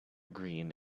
green